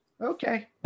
okay